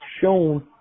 shown